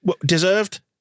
Deserved